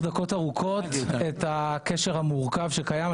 דקות ארוכות את הקשר המורכב שקיים.